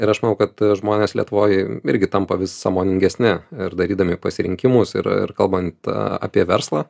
ir aš manau kad žmonės lietuvoj irgi tampa vis sąmoningesni ir darydami pasirinkimus ir kalbant apie verslą